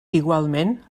igualment